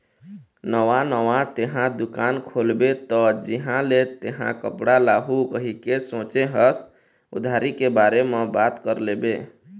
नवा नवा तेंहा दुकान खोलबे त जिहाँ ले तेंहा कपड़ा लाहू कहिके सोचें हस उधारी के बारे म बात कर लेबे